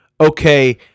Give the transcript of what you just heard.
Okay